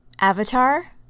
Avatar